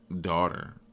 daughter